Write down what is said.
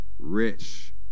rich